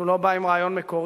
שהוא לא בא עם רעיון מקורי,